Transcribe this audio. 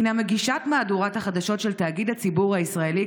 היא מגישת מהדורת החדשות של תאגיד השידור הציבורי הישראלי,